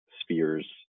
spheres